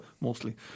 mostly